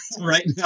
right